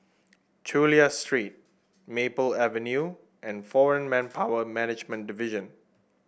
Chulia Street Maple Avenue and Foreign Manpower Management Division